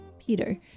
Peter